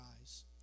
eyes